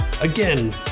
Again